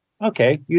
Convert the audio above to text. Okay